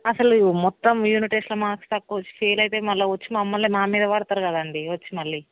అసలు మొత్తం యూనిట్ టెస్ట్లో మార్క్స్ తక్కువ వచ్చి ఫెయిల్ అయితే మళ్ళీ వచ్చి మా మీదే పడతారు కదండి వచ్చి మళ్ళీ